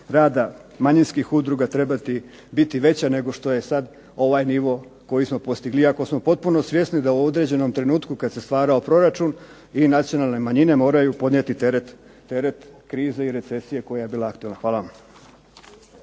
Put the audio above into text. rada manjinskih udruga trebati biti veća nego što je sad ovaj nivo koji smo postigli. Iako smo potpuno svjesni da u određenom trenutku kad se stvarao proračun i nacionalne manjine moraju podnijeti teret krize i recesije koja je bila aktualna. Hvala vam.